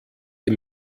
die